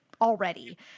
already